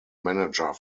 manager